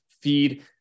feed